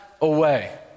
away